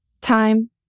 Time